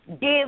Give